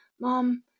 mom